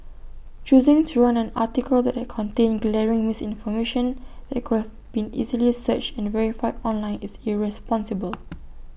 choosing to run an article that contained glaring misinformation that could have been easily searched and verified online is irresponsible